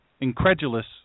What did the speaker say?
incredulous